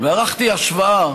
ערכתי השוואה